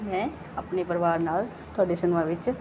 ਮੈਂ ਆਪਣੇ ਪਰਿਵਾਰ ਨਾਲ ਤੁਹਾਡੇ ਸਿਨਮਾਂ ਵਿੱਚ